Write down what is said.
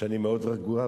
שאני מאוד רגוע,